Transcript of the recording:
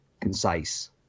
concise